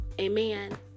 amen